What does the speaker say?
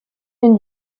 une